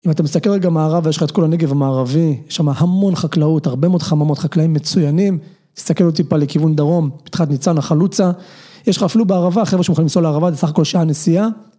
אם אתה מסתכל רגע מערבה, יש לך את כל הנגב המערבי, יש שמה המון חקלאות, הרבה מאוד חממות חקלאים מצוינים, תסתכל עוד טיפה לכיוון דרום, פתחת ניצנה, חלוצה, יש לך אפילו בערבה, חבר'ה שמוכנים לנסוע לערבה, זה בסך הכל שעה הנסיעה.